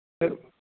কেউ